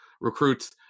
recruits